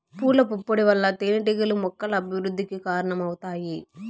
పూల పుప్పొడి వల్ల తేనెటీగలు మొక్కల అభివృద్ధికి కారణమవుతాయి